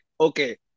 okay